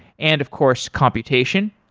and of course computation.